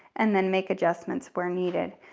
and then make adjustments where needed.